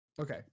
Okay